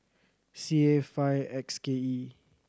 C A five X K E